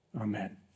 Amen